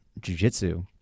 Jiu-Jitsu